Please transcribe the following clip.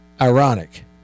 ironic